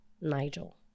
Nigel